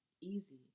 easy